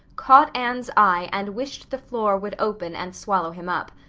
caught anne's eye and wished the floor would open and swallow him up.